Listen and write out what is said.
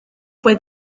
fue